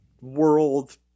world